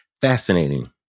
Fascinating